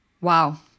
Wow